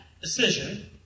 decision